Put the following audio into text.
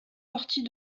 partie